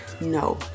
no